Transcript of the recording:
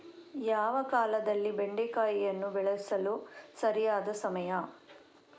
ಯಾವ ಕಾಲದಲ್ಲಿ ಬೆಂಡೆಕಾಯಿಯನ್ನು ಬೆಳೆಸಲು ಸರಿಯಾದ ಸಮಯ?